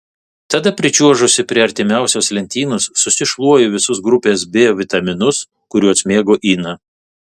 tada pričiuožusi prie artimiausios lentynos susišluoju visus grupės b vitaminus kuriuos mėgo ina